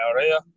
area